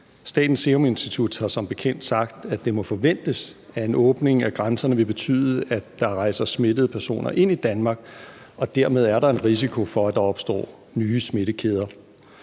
Statens Serum Institut har som bekendt sagt, at det må forventes, at en åbning af grænserne vil betyde, at der rejser smittede personer ind i Danmark, og dermed er der en risiko for, at der opstår nye smittekæder.